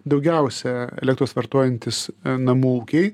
daugiausia elektros vartojantys namų ūkiai